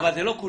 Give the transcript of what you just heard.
אבל זה לא כולם.